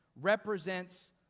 represents